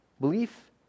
Belief